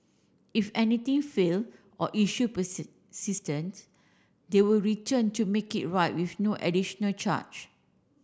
if anything fail or issue they will return to make it right with no additional charge